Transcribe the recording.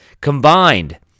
Combined